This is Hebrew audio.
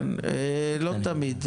לא תמיד.